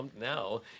now